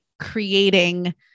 creating